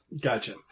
Gotcha